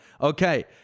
okay